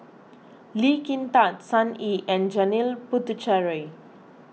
Lee Kin Tat Sun Yee and Janil Puthucheary